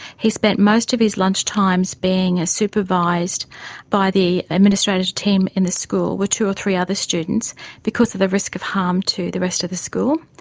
he spent most of his lunch times being ah supervised by the administrative team in the school with two or three other students because of the risk of harm to the rest of the school.